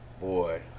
boy